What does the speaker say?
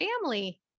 family